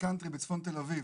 קאונטרי בצפון תל אביב,